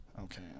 Okay